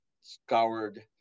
scoured